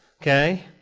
okay